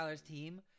team